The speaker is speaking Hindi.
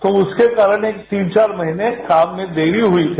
तो उसके कारण तीन चार महीने काम में देरी हुई है